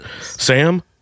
Sam